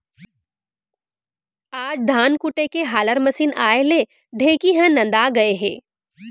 आज धान कूटे के हालर मसीन आए ले ढेंकी ह नंदा गए हे